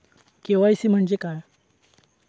KYC म्हणजे काय?